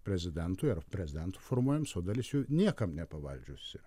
prezidentui ar prezidento formuojamos o dalis jų niekam nepavaldžios yra